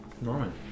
Norman